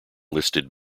listed